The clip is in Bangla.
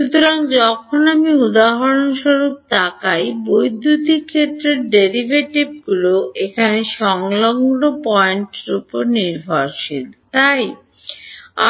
সুতরাং যখন আমি উদাহরণস্বরূপ তাকান বৈদ্যুতিক ক্ষেত্রের ডেরিভেটিভটি এখানে সংলগ্ন পয়েন্টের উপর নির্ভরশীল তাই ই